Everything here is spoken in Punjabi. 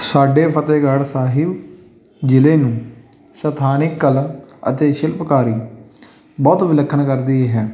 ਸਾਡੇ ਫਤਿਹਗੜ੍ਹ ਸਾਹਿਬ ਜ਼ਿਲ੍ਹੇ ਨੂੰ ਸਥਾਨਿਕ ਕਲਾ ਅਤੇ ਸ਼ਿਲਪਕਾਰੀ ਬਹੁਤ ਵਿਲੱਖਣ ਕਰਦੀ ਹੈ